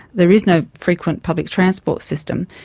there is no frequent public transport system.